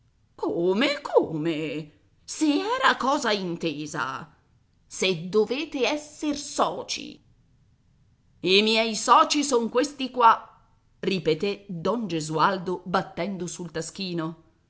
come come se era cosa intesa se dovete esser soci i miei soci son questi qua ripeté don gesualdo battendo sul taschino